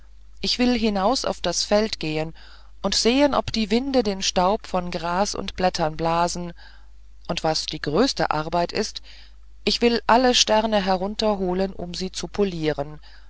ich will hinaus auf das feld gehen und sehen ob die winde den staub von gras und blätter blasen und was die größte arbeit ist ich will alle sterne herunterholen um sie zu polieren